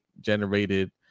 generated